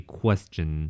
question